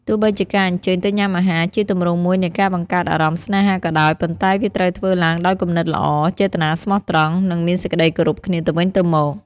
ទោះបីជាការអញ្ជើញទៅញ៉ាំអាហារ ជាទម្រង់មួយនៃការបង្កើតអារម្មណ៍ស្នេហាក៏ដោយ ប៉ុន្តែវាត្រូវធ្វើឡើងដោយគំនិតល្អ ចេតនាស្មោះត្រង់ និងមានសេចក្ដីគោរពគ្នាទៅវិញទៅមក។